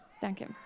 Danke